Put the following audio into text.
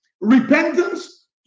repentance